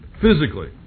physically